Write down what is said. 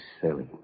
silly